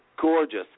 gorgeous